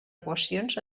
equacions